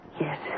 Yes